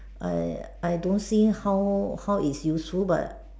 uh I don't see how how it's useful but